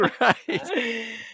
right